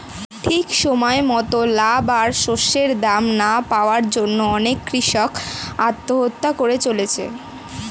ঠিক সময় মতন লাভ আর শস্যের দাম না পাওয়ার জন্যে অনেক কূষক আত্মহত্যা করে চলেছে